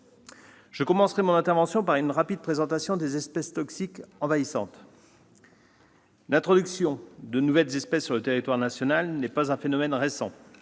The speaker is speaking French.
Je commencerai mon intervention par une rapide présentation des espèces exotiques envahissantes. L'introduction de nouvelles espèces sur le territoire national n'est pas un phénomène récent.